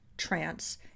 trance